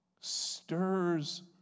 Stirs